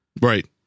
Right